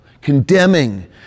condemning